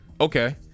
okay